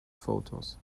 photos